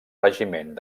regiment